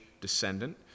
descendant